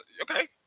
Okay